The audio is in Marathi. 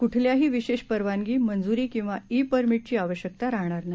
कुठल्याही विशेष परवानगी मंजूरी किंवा ई परमिटची आवश्यकता राहणार नाही